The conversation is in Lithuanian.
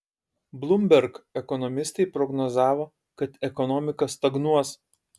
bloomberg ekonomistai prognozavo kad ekonomika stagnuos